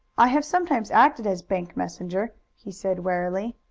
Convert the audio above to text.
i have sometimes acted as bank messenger, he said warily.